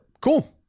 Cool